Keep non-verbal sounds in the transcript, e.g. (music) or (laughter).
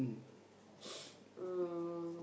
(noise) um